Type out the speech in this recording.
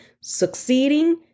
succeeding